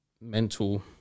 mental